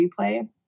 replay